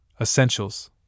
essentials